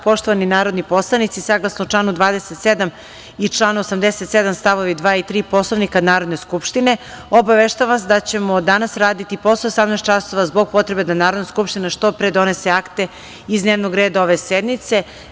Poštovani narodni poslanici, saglasno članu 27. i članu 87. st. 2. i 3. Poslovnika Narodne skupštine, obaveštavam vas da ćemo danas raditi i posle 18.00 časova, zbog potrebe da Narodna skupština što pre donese akte iz dnevnog reda ove sednice.